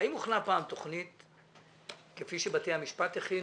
האם הוכנה פעם תוכנית כפי שבתי המשפט הכינו,